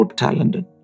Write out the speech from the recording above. talented